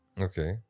Okay